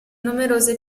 numerose